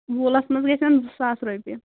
ووٗلَس منٛز گژھن زٕ ساس رۄپیہِ